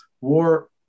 war